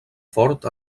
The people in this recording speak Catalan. fort